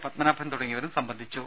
പത്മനാഭൻ തുടങ്ങിയവർ സംബന്ധിച്ചു